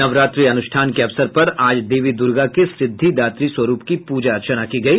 नवरात्रि अनुष्ठान के अवसर पर आज देवी दुर्गा के सिद्विदात्री स्वरूप की पूजा अर्चना की गई